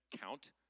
count